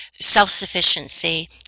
self-sufficiency